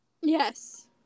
yes